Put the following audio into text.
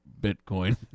Bitcoin